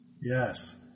Yes